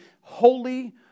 holy